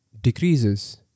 decreases